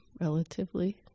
relatively